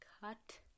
cut